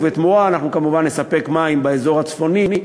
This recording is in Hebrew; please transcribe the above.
ובתמורה אנחנו כמובן נספק מים באזור הצפוני,